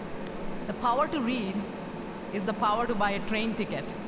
the power to read is the power to buy a train ticket,